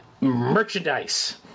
merchandise